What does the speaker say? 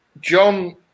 john